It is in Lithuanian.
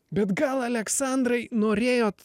bet gal aleksandrai norėjot